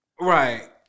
right